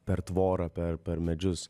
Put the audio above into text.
per tvorą per per medžius